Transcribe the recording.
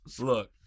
Look